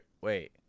wait